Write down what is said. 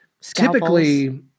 typically